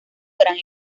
gran